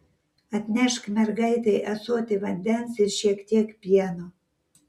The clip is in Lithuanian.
atnešk mergaitei ąsotį vandens ir šiek tiek pieno